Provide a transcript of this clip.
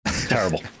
terrible